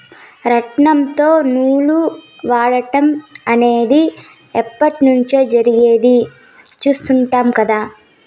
రాట్నంతో నూలు వడకటం అనేది ఎప్పట్నుంచో జరిగేది చుస్తాండం కదా